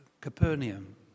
Capernaum